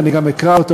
ואני גם אקרא אותו,